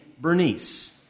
Bernice